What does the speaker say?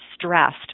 stressed